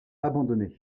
abandonné